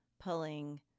pulling